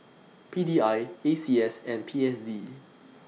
P D I A C S and P S D